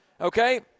Okay